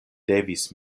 devis